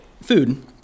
food